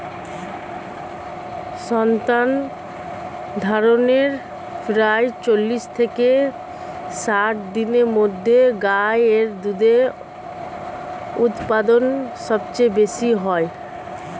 সন্তানধারণের প্রায় চল্লিশ থেকে ষাট দিনের মধ্যে গাই এর দুধের উৎপাদন সবচেয়ে বেশী হয়